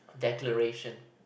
declaration